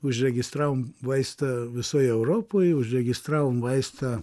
užregistravom vaistą visoj europoj užregistravom vaistą